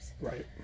Right